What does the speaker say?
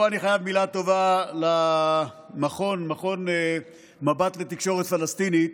פה אני חייב מילה טובה למכון מבט לתקשורת פלסטינית